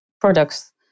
products